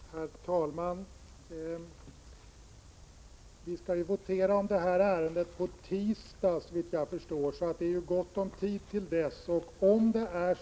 Herr talman! Vi skall ju votera om det här ärendet på tisdag, såvitt jag förstår, så det är gott om tid till dess.